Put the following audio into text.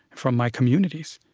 from my communities.